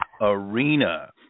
Arena